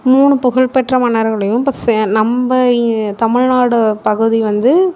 மூணு புகழ்பெற்ற மன்னர்களையும் இப்போ சே நம்ப இ தமிழ்நாடு பகுதி வந்து